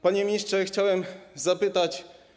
Panie ministrze, chciałem zapytać.